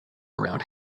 around